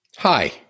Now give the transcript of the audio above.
Hi